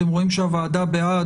אתם רואים שהוועדה בעד.